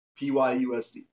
PYUSD